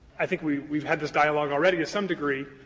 i think we've we've had this dialogue already to some degree.